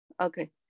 Okay